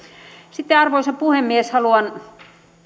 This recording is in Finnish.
sitten arvoisa puhemies haluan